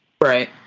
Right